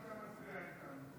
ההסתייגות (1) של קבוצת סיעת ש"ס,